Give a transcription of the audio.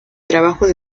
trabajos